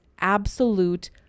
absolute